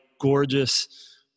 gorgeous